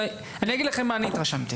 אני אגיד לכם איך אני התרשמתי: